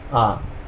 ah